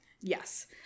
Yes